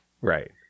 Right